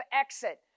exit